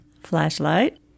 Flashlight